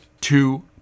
two